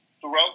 Throughout